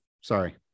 Sorry